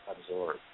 absorb